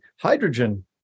hydrogen